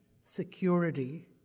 security